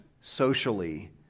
socially